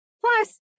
Plus